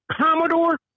Commodore